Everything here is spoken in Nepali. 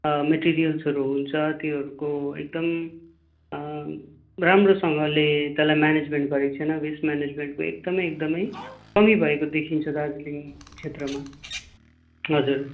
मेटेरियल्सहरू हुन्छ त्योहरूको एकदम राम्रोसँगले त्यसलाई म्यानेजमेन्ट गरेको छैन वेस्ट मेनेजमेन्टको एकदमै एकदमै कमि भएको देखिन्छ दार्जिलिङ क्षेत्रमा हजुर